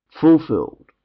fulfilled